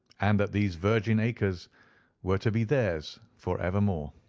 and that these virgin acres were to be theirs for evermore.